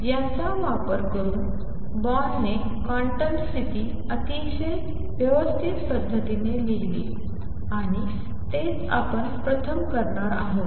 याचा वापर करून बोर्नने क्वांटम स्थिती अतिशय व्यवस्थित पद्धतीने लिहिली आणि तेच आपण प्रथम करणार आहोत